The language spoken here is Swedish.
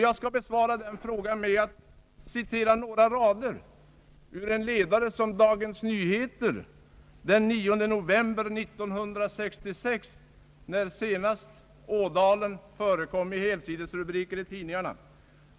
Jag skall besvara den frågan med att citera några rader ur en ledare i Dagens Nyheter den 9 november 1966 när senast Ådalen förekom i helsidesrubriker i tidningarna.